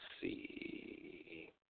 see